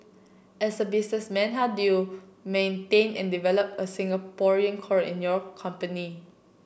as a businessman how do you maintain and develop a Singaporean core in your company